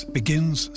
begins